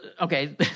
okay